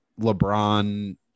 LeBron